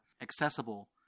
accessible